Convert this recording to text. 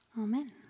Amen